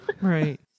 Right